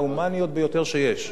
ביותר שיש.